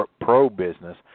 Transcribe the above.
pro-business